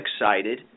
excited